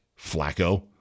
Flacco